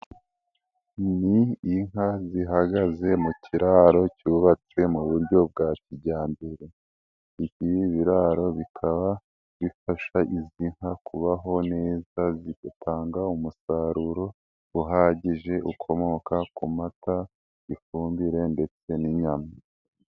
Ni inka zihagaze mu kiraro cyubatswe mu buryo bwa kijyambere, ibi biraro bikaba bifasha izwi nka kubaho neza zigatanga umusaruro uhagije ukomoka ku mata y'ifumbire ndetse n'inyama.